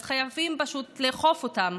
אז חייבים פשוט לאכוף אותם.